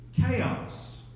Chaos